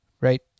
right